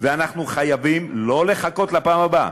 ואנחנו חייבים לא לחכות לפעם הבאה.